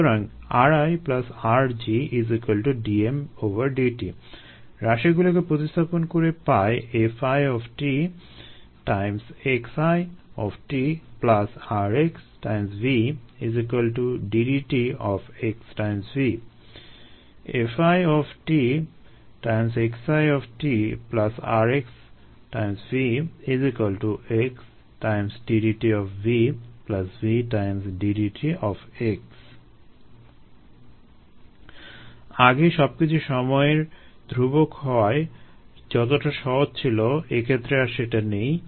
সুতরাংri rg d dt রাশিগুলোকে প্রতিস্থাপন করে পাই FitxitrxVddt FitxitrxVxddt Vddt আগে সবকিছু সময়ের ধ্রুবক হওয়ায় যতটা সহজ ছিল এক্ষেত্রে আর সেটা নেই